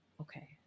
okay